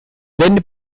venne